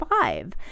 five